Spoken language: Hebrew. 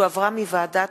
שהחזירה ועדת